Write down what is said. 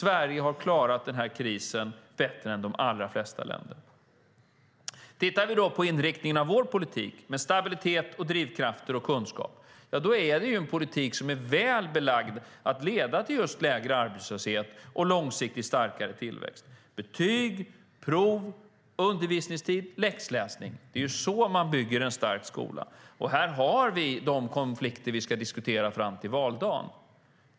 Sverige har klarat den här krisen bättre än de allra flesta andra länder. Tittar vi på inriktningen på vår politik med stabilitet, drivkrafter och kunskap är det ju en politik som är väl belagd att leda till just lägre arbetslöshet och långsiktigt starkare tillväxt. Med betyg, prov, undervisningstid och läxläsning bygger man en stark skola. Här finns de konflikter som vi ska diskutera fram till valdagen.